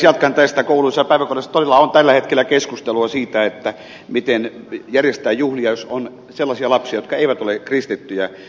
kouluissa ja päiväkodeissa todella on tällä hetkellä keskustelua siitä miten järjestää juhlia jos on sellaisia lapsia jotka eivät ole kristittyjä